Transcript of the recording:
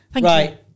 Right